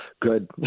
good